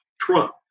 trump